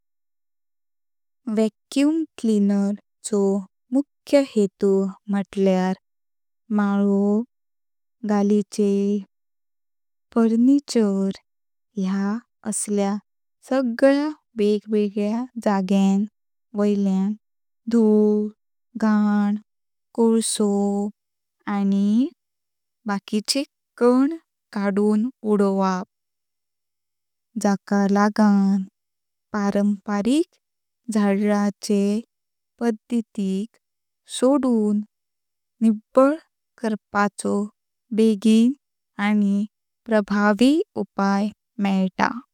Vacuum cleaner चो मुख्य हेतु म्हुटल्यार मालो, गालीचे, फर्निचर ह्या असल्या सगळ्या वेगवेगळ्या जाग्यां वैल्यान धूळ, घाण, कोळसो आनी आकीचे कण कडून उडोवप। जकां लगणं पारंपारिक झाडपाचे पद्धतीक सोडून निळव कर्पाचो बेंगीन आनी प्रभावी उपाय मेलता।